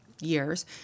years